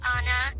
Anna